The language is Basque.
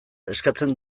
eskatzen